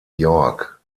york